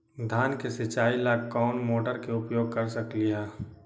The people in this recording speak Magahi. धान के सिचाई ला कोंन मोटर के उपयोग कर सकली ह?